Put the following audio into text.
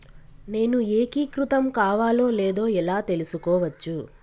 నేను ఏకీకృతం కావాలో లేదో ఎలా తెలుసుకోవచ్చు?